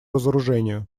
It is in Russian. разоружению